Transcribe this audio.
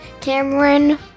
Cameron